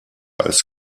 als